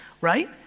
right